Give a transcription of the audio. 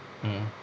mm